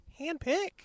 handpick